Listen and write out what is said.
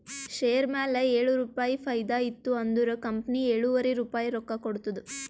share ಮ್ಯಾಲ ಏಳು ರುಪಾಯಿ ಫೈದಾ ಇತ್ತು ಅಂದುರ್ ಕಂಪನಿ ಎಳುವರಿ ರುಪಾಯಿ ರೊಕ್ಕಾ ಕೊಡ್ತುದ್